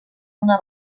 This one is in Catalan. una